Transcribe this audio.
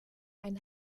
ein